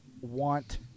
want